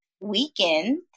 weekend